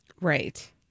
Right